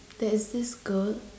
there is this girl